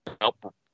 Nope